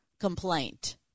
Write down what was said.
complaint